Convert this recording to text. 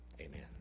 amen